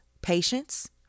patience